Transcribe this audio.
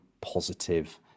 positive